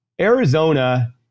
Arizona